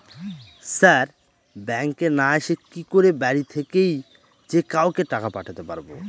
Sir ব্যাঙ্কে না এসে কি করে বাড়ি থেকেই যে কাউকে টাকা পাঠাতে পারবো?